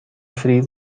free